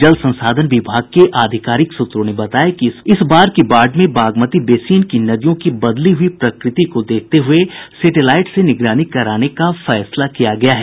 जल संसाधन विभाग के आधिकारिक सूत्रों ने बताया कि इस बार की बाढ़ में बागमती बेसिन की नदियों की बदली हुई प्रकृति को देखते हुये सेटेलाईट से निगरानी कराने का फैसला किया गया है